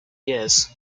years